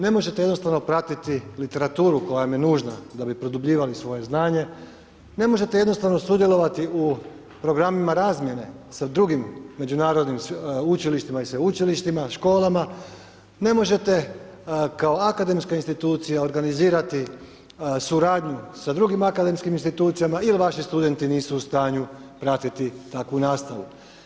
Ne možete jednostavno pratiti literaturu koja vam je nužna da bi produbljivali svoje znanje, ne možete jednostavno sudjelovati u programima razmjene sa drugim međunarodnim učilištima i sveučilištima, školama, ne možete kao akademska institucija organizirati suradnju sa drugim akademskim institucijama ili vaši studenti nisu u stanju pratiti takvu nastavu.